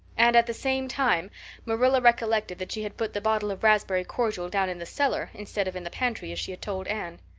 and at the same time marilla recollected that she had put the bottle of raspberry cordial down in the cellar instead of in the pantry as she had told anne.